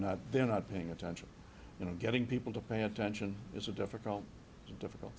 ey're not paying attention you know getting people to pay attention is a difficult difficult